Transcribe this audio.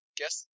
guess